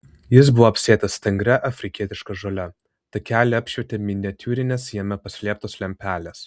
jis buvo apsėtas stangria afrikietiška žole takelį apšvietė miniatiūrinės jame paslėptos lempelės